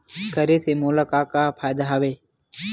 करे से मोला का का फ़ायदा हवय?